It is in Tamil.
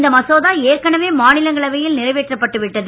இந்த மசோதா ஏற்கனவே மாநிலங்களவையால் நிறைவேற்றப்பட்டது